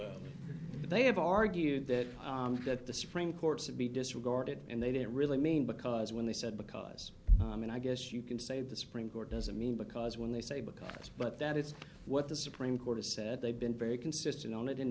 but they have argued that that the supreme court's would be disregarded and they didn't really mean because when they said because i mean i guess you can save the supreme court doesn't mean because when they say because but that is what the supreme court has said they've been very consistent on it in